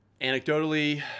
Anecdotally